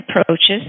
approaches